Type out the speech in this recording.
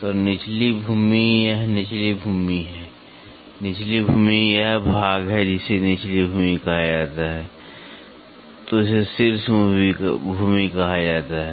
तो निचली भूमि यह निचली भूमि है निचली भूमि यह भाग है इसे निचली भूमि कहा जाता है इसे शीर्ष भूमि कहा जाता है